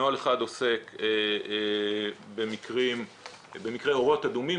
נוהל אחד עוסק במקרה אורות אדומים,